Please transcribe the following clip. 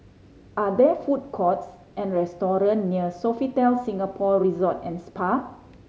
are there food courts or restaurants near Sofitel Singapore Resort and Spa